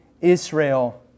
Israel